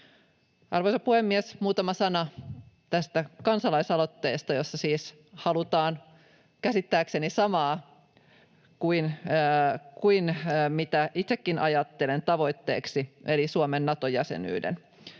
Arvoisa puhemies! Muutama sana tästä kansalaisaloitteesta, jossa siis halutaan käsittääkseni samaa kuin mitä itsekin ajattelen tavoitteeksi eli Suomen Nato-jäsenyyttä.